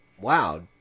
wow